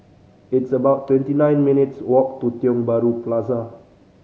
it's about twenty nine minutes' walk to Tiong Bahru Plaza